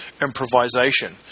improvisation